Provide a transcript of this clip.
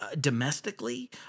domestically